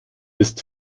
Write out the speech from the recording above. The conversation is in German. ist